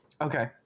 okay